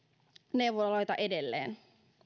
neuvoloita edelleen